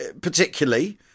particularly